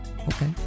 okay